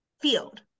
Field